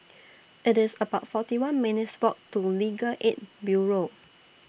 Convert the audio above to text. IT IS about forty one minutes' Walk to Legal Aid Bureau